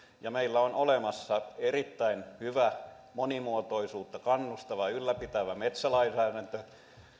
meillä on olemassa erittäin hyvä monimuotoisuuteen kannustava ja sitä ylläpitävä metsälainsäädäntö